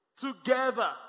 together